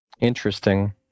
Interesting